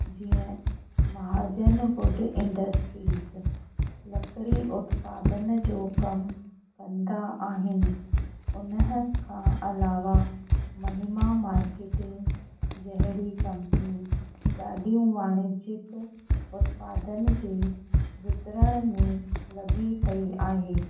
जीअं Mahajan wood industries लकिड़ी उत्पादनु जो कम कंदा आहिनि उनखां अलावा महिमा मार्केटिंग जहिड़ी कंपनी ॾाढियूं वाणिज्यिक उत्पादनु जे वितरण में लगी पई आहे